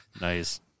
Nice